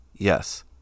Yes